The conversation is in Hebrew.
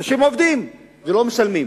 אנשים עובדים ולא משלמים.